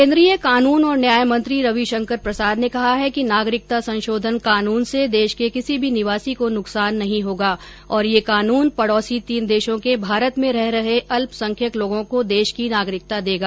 केंद्रीय कानून और न्याय मंत्री रवि शंकर प्रसाद ने कहा है कि नागरिकता संशोधन कानून से देश के किसी भी निवासी को नुकसान नहीं होगा और ये कानून पड़ौसी तीन देशों के भारत में रह रहे अल्पसंख्यक लोगों को देश की नागरिकता देगा